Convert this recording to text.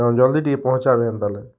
ହଁ ଜଲ୍ଦି ଟିକେ ପହଁଞ୍ଚାବେ ହେନ୍ତା ହେଲେ